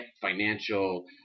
financial